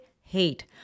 hate